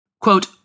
Quote